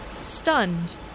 stunned